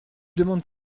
demandes